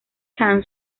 han